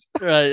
Right